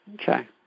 Okay